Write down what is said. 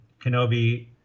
Kenobi